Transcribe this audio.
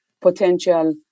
potential